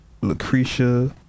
lucretia